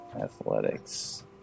athletics